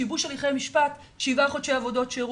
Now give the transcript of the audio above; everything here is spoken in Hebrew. שיבוש הליכי משפט שבעה חודשי עבודות שירות.